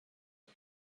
pit